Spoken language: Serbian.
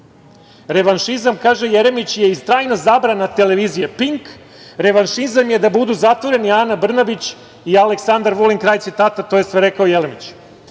Revanšizam kaže Jeremić je i trajna zabrana televizije „Pink“, revanšizam je da budu zatvoreni Ana Brnabić i Aleksandar Vulin“, kraj citata. To je sve rekao